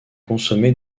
consommée